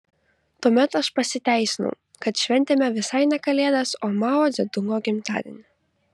tuomet aš pasiteisinau kad šventėme visai ne kalėdas o mao dzedungo gimtadienį